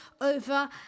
over